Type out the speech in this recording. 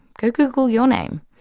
go google your name.